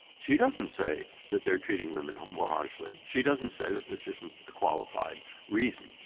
she doesn't say that they are treating women um more harshly. she doesn't say that this isn't a qualified reason.